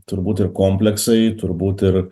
turbūt ir kompleksai turbūt ir